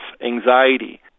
anxiety